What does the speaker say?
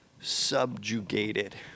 subjugated